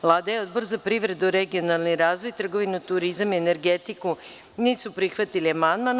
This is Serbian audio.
Vlada i Odbor za privredu, regionalni razvoj, trgovinu, turizam i energetiku nisu prihvatili amandman.